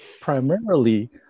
primarily